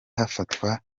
hafatwa